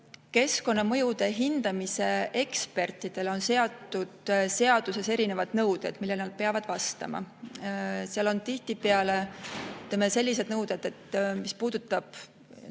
Keskkonnamõjude hindamise ekspertidele on seaduses seatud nõuded, millele nad peavad vastama. Seal on näiteks sellised nõuded, mis puudutavad